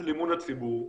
אמון הציבור.